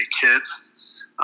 kids